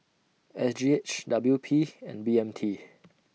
S G H W P and B M T